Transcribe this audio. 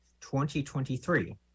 2023